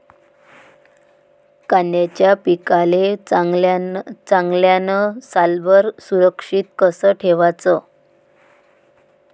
कांद्याच्या पिकाले चांगल्यानं सालभर सुरक्षित कस ठेवाचं?